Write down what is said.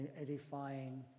edifying